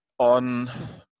on